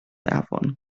afon